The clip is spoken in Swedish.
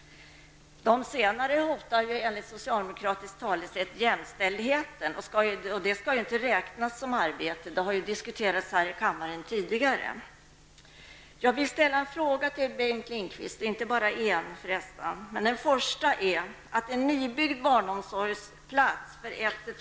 De senare hotar enligt socialdemokratiskt talesätt jämställdheten, och deras arbete skall inte räknas som arbete, vilket har diskuterats här i kammaren tidigare. Jag har ytterligare en fråga.